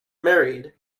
married